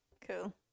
Cool